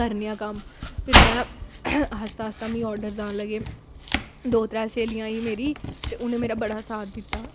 करने आं कम्म फिर में आस्ता आस्ता मिगी आर्डर आन लगे दो त्रै स्हेलियां आई मेरी ते उ'नें मेरा बड़ा साथ दित्ता